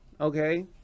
okay